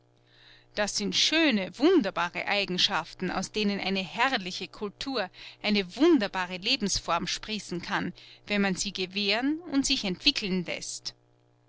das sind schöne wunderbare eigenschaften aus denen eine herrliche kultur eine wunderbare lebensform sprießen kann wenn man sie gewähren und sich entwickeln läßt